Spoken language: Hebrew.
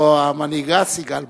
או המנהיגה סיגל מורן,